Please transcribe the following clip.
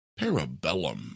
Parabellum